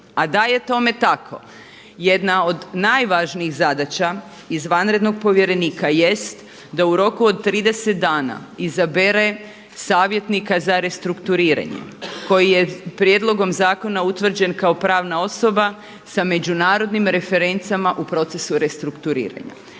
A da je tome tako, jedna od najvažnijih zadaća izvanrednog povjerenika jest da u roku od 30 dana izabere savjetnika za restrukturiranje koji je prijedlogom zakona utvrđen kao pravna osoba sa međunarodnim referencama u procesu restrukturiranja.